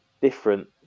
different